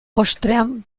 postrean